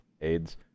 aids